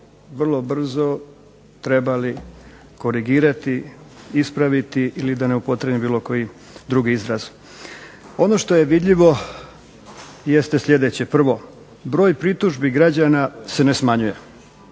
vrlo brzo trebali korigirati, ispraviti ili da ne upotrijebit bilo koji drugi izraz. Ono što je vidljivo jeste sljedeće. Prvo, broj pritužbi građana se ne smanjuje,